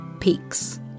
peaks